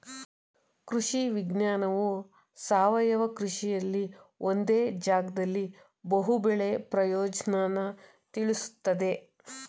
ಕೃಷಿ ವಿಜ್ಞಾನವು ಸಾವಯವ ಕೃಷಿಲಿ ಒಂದೇ ಜಾಗ್ದಲ್ಲಿ ಬಹು ಬೆಳೆ ಪ್ರಯೋಜ್ನನ ತಿಳುಸ್ತದೆ